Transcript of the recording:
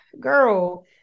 girl